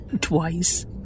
Twice